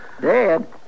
Dead